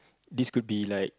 this could be like